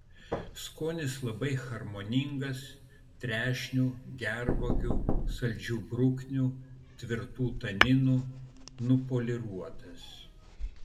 skonis labai harmoningas trešnių gervuogių saldžių bruknių tvirtų taninų nupoliruotas